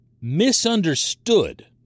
misunderstood